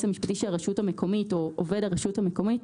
המשפטי של הרשות המקומית או עובד הרשות המקומית,